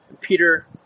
Peter